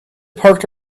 parked